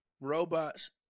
robots